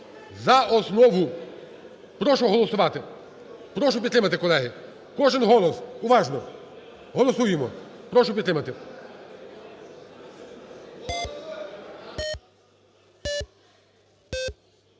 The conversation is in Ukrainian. за основу. Прошу голосувати, прошу підтримати, колеги, кожен голос, уважно. Голосуємо. Прошу підтримати.